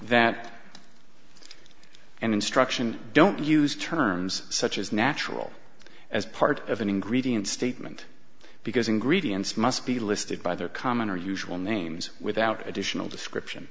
that and instruction don't use terms such as natural as part of an ingredient statement because ingredients must be listed by their common or usual names without additional description